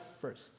first